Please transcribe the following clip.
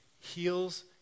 heals